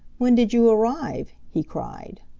when did you arrive? he cried.